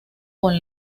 con